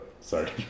sorry